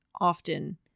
often